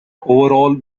overall